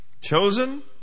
Chosen